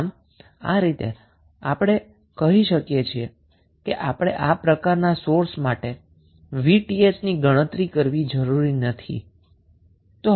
તેથી આ રીતે તમે કહી શકો છો કે આપણે આ પ્રકારના સોર્સ માટે 𝑉𝑇ℎ ની ગણતરી કરવી જરૂરી નથી